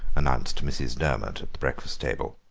announced mrs. durmot at the breakfast-table.